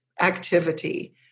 activity